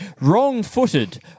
Wrong-footed